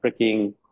freaking